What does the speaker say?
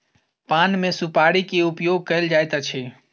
पान मे सुपाड़ी के उपयोग कयल जाइत अछि